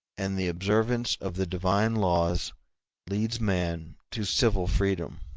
and the observance of the divine laws leads man to civil freedom.